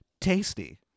tasty